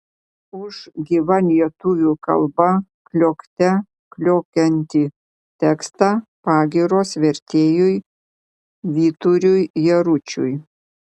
už gyva lietuvių kalba kliokte kliokiantį tekstą pagyros vertėjui vyturiui jaručiui